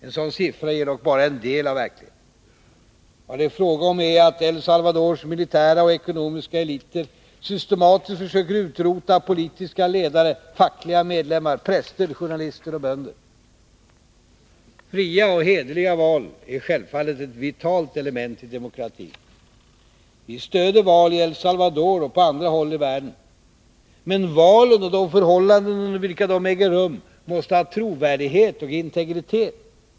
En sådan siffra ger dock bara en del av verkligheten. Vad det är fråga om är att El Salvadors militära och ekonomiska eliter systematiskt försöker utrota politiska ledare, fackliga medlemmar, präster, journalister och bönder. Fria och hederliga val är självfallet ett vitalt element i demokratin. Vi stödjer val i El Salvador och på andra håll i världen. Men valen och de förhållanden under vilka de äger rum måste ha trovärdighet och integritet.